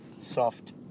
soft